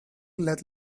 let